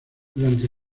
durante